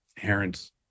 inherent